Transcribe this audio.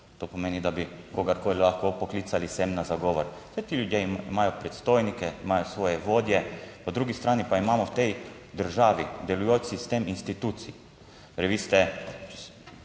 to pomeni, da bi kogarkoli lahko poklicali sem na zagovor. Saj ti ljudje imajo predstojnike, imajo svoje vodje, po drugi strani pa imamo v tej državi delujoč sistem institucij, torej vi ste,